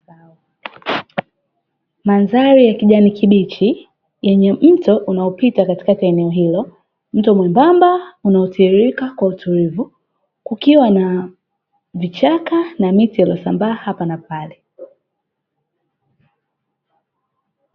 Mandhari ya kijani kibichi yenye mto unaopita katikati ya eneo hilo, mto mwembamba unaotiririka kwa utulivu kukiwa na vichaka na miti iliyosambaa hapa na pale.